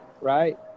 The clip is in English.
Right